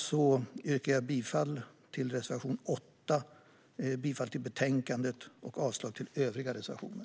Jag yrkar härmed bifall till reservation 8 och förslaget i betänkandet i övrigt och avslag på övriga reservationer.